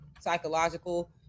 psychological